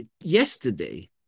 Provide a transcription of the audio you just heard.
yesterday